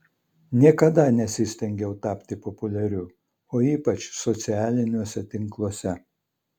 niekada nesistengiau tapti populiariu o ypač socialiniuose tinkluose